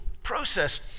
process